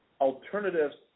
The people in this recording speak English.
alternatives